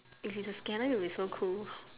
if it's a scanner it'll be so cool